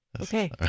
Okay